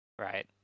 right